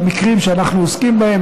במקרים שאנחנו עוסקים בהם,